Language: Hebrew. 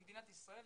כמדינת ישראל,